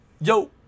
Yo